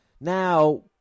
now